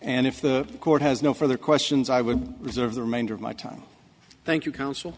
and if the court has no further questions i would reserve the remainder of my time thank you counsel